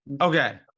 okay